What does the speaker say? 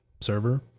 server